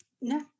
No